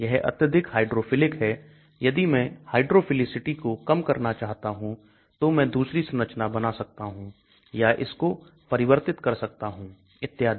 यह अत्यधिक हाइड्रोफिलिक है यदि मैं हाइड्रोफीलिसिटी को कम करना चाहता हूं तो मैं दूसरी संरचना बना सकता हूं या इसको परिवर्तित कर सकता हूं इत्यादि